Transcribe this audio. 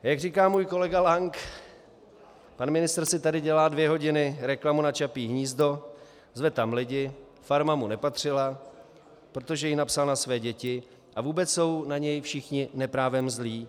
Jak říká můj kolega Lank, pan ministr si tady dělá dvě hodiny reklamu na Čapí hnízdo, zve tam lidi, farma mu nepatřila, protože ji napsal na své děti, a vůbec jsou na něj všichni neprávem zlí.